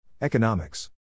Economics